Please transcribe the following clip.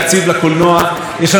ולא רק שיש לנו תעשייה משגשגת,